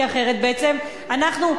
כי אחרת בעצם אנחנו,